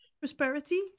prosperity